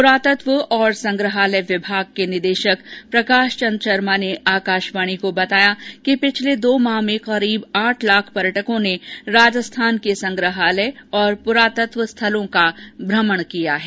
पुरातत्व और संग्रहालय विभाग के निदेशक प्रकाश चंद शर्मा ने आकाशवाणी को बताया कि पिछले दो माह में करीब आठ लाख पर्यटकों ने राजस्थान के संग्रहालय और पुरातत्व स्थलों का भ्रमण किया है